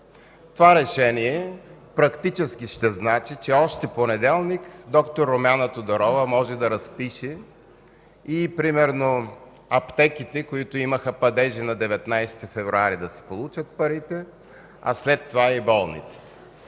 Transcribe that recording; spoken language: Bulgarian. Това решение практически ще значи, че още в понеделник д-р Румяна Тодорова може да разпише и примерно аптеките, които имаха падежи на 19 февруари, да си получат парите, а след това и болните.